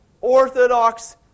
Orthodox